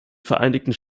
vereinigten